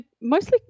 mostly